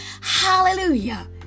hallelujah